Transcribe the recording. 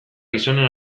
gizonen